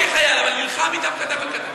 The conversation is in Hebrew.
לא כחייל, אבל הוא נלחם אתם כתף אל כתף.